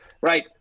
right